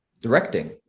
directing